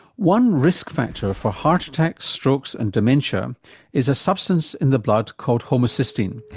one risk factor for heart attacks, strokes and dementia is a substance in the blood called homocysteine.